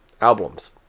Albums